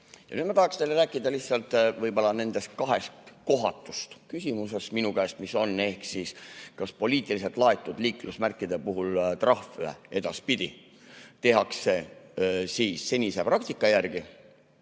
nüüd ma tahaksin teile rääkida lihtsalt võib-olla nendest kahest kohatust küsimusest, mida on minu käest küsitud, ehk siis kas poliitiliselt laetud liiklusmärkide puhul trahve edaspidi tehakse senise praktika järgi